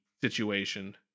situation